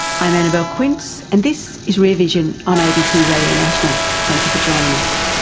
i'm annabelle quince and this is rear vision on abc radio national. thank you for joining us.